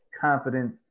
confidence